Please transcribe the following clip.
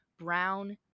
brown